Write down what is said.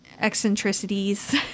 eccentricities